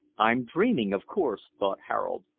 i'm dreaming, of course, thought harold,